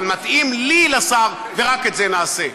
אבל מתאים לי, לשר, ורק את זה נעשה.